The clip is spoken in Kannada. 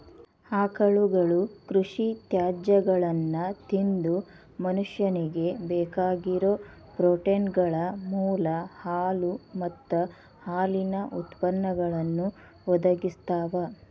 ಆಕಳುಗಳು ಕೃಷಿ ತ್ಯಾಜ್ಯಗಳನ್ನ ತಿಂದು ಮನುಷ್ಯನಿಗೆ ಬೇಕಾಗಿರೋ ಪ್ರೋಟೇನ್ಗಳ ಮೂಲ ಹಾಲು ಮತ್ತ ಹಾಲಿನ ಉತ್ಪನ್ನಗಳನ್ನು ಒದಗಿಸ್ತಾವ